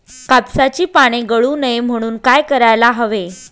कापसाची पाने गळू नये म्हणून काय करायला हवे?